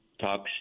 talks